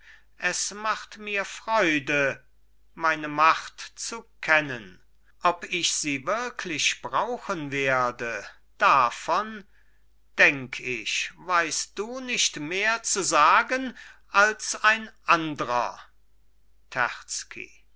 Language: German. es macht mir freude meine macht zu kennen ob ich sie wirklich brauchen werde davon denk ich weißt du nicht mehr zu sagen als ein andrer